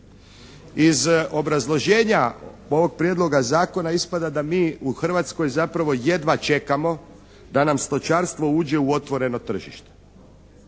Iz obrazloženja ovog prijedloga zakona ispada da mi u Hrvatskoj zapravo jedva čekamo da nam stočarstvo uđe u otvoreno tržište.